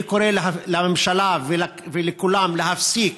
אני קורא לממשלה ולכולם להפסיק